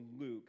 Luke